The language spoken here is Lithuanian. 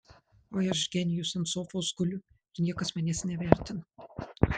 oi aš genijus ant sofos guliu ir niekas manęs nevertina